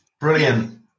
brilliant